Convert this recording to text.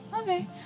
Okay